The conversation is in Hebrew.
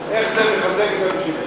איך זה מחזק את המשילות?